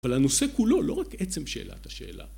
אבל הנושא כולו, לא רק עצם שאילת השאלה.